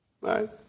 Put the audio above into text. right